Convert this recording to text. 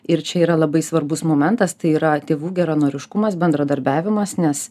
ir čia yra labai svarbus momentas tai yra tėvų geranoriškumas bendradarbiavimas nes